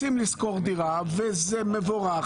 רוצים לשכור דירה יוזמה שהיא מבורכת